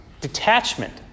detachment